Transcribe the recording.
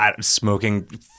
smoking